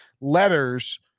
letters